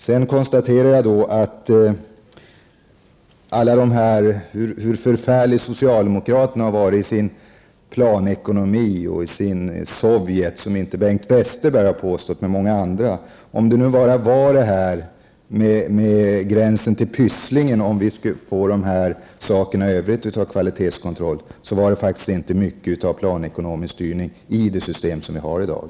När det gäller detta med hur förfärliga socialdemokraterna har varit i sin planekonomi och i sin sovjet -- Bengt Westerberg har inte påstått detta, men många andra -- var det faktiskt inte mycket av planekonomisk styrning i det system som vi har i dag om det bara gäller detta med gränsen till Pysslingen och om vi skulle få kvalitetskontroll i övrigt.